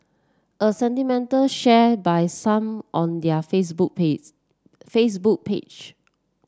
a sentiment share by some on their Facebook page Facebook page